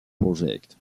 project